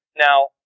Now